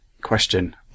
question